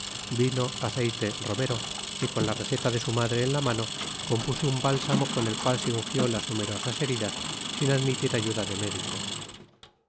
vino aceite romero y con la receta de su madre en la mano compuso un bálsamo con el cual se ungió las numerosas heridas sin admitir ayuda de medico